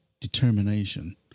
determination